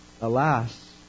Alas